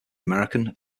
american